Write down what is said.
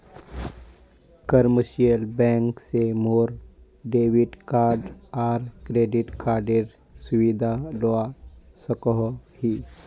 commercial bank से मोर debit card आर क्रेडिट कार्डेर सुविधा लुआ सकोही